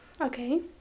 Okay